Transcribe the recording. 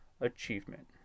achievement